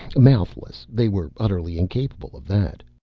mouthless, they were utterly incapable of that.